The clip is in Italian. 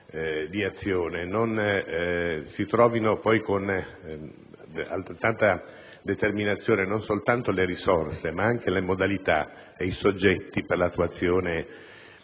si trovino poi con altrettanta determinazione non soltanto le risorse ma anche le modalità ed i soggetti per l'attuazione di